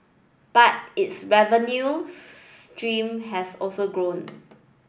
but its revenue stream has also grown